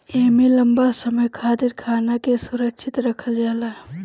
एमे लंबा समय खातिर खाना के सुरक्षित रखल जाला